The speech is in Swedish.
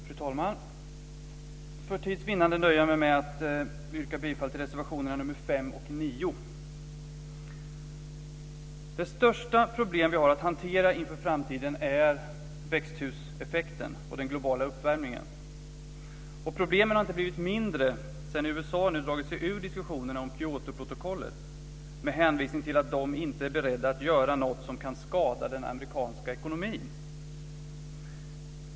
Fru talman! För tids vinnande nöjer jag mig med att yrka bifall till reservationerna 5 och 9. Det största problem vi har att hantera inför framtiden är växthuseffekten och den globala uppvärmningen. Problemen har inte blivit mindre sedan USA nu har dragit sig ur diskussionerna om Kyotoprotokollet med hänvisning till att man inte är beredd att göra något som kan skada den amerikanska ekonomin.